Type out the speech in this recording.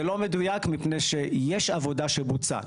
זה לא מדויק מפני שיש עבודה שבוצעה.